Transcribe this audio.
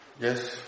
Yes